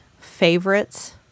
favorites